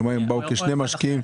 כלומר אם באו כשני משקיעים?